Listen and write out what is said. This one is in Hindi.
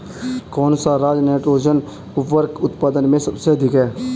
कौन सा राज नाइट्रोजन उर्वरक उत्पादन में सबसे अधिक है?